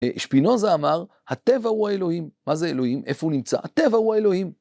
שפינוזה אמר, הטבע הוא האלוהים. מה זה אלוהים? איפה הוא נמצא? הטבע הוא האלוהים.